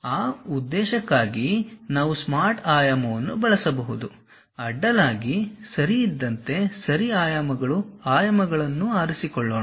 ಆ ಉದ್ದೇಶಕ್ಕಾಗಿ ನಾವು ಸ್ಮಾರ್ಟ್ ಆಯಾಮವನ್ನು ಬಳಸಬಹುದು ಅಡ್ಡಲಾಗಿ ಸರಿ ಇದ್ದಂತೆ ಸರಿ ಆಯಾಮಗಳು ಆಯಾಮಗಳನ್ನು ಆರಿಸಿಕೊಳ್ಳೋಣ